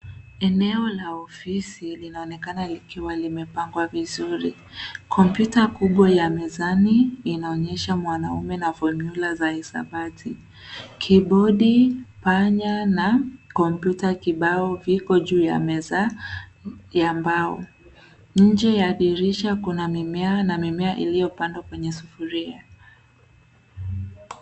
Eneo la ofisi linaonekana likiwa limepangwa vizuri. Kompyuta kubwa ya mezani, inaonyesha mwanaume na fomula za hisabati. Kibodi, panya na kompyuta kibao viko juu ya meza ya mbao. Nje ya dirisha kuna mimea, na mimea iliyopandwa kwenye sufuria.